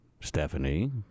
Stephanie